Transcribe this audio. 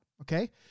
Okay